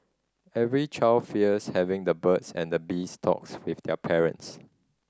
every child fears having the birds and the bees talk with their parents